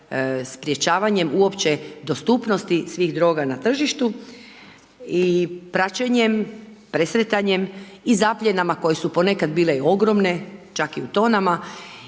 sprječavanje uopće dostupnosti svih droga na tržištu i praćenjem, presretanjem i zapljenama koje su ponekad bile ogroman, čak i u tonama.